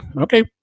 okay